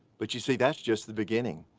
but you see, that's just the beginning.